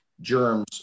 germs